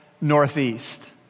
northeast